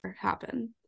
Happen